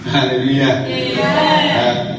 Hallelujah